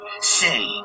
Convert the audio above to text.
Say